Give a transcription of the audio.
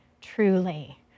truly